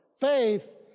Faith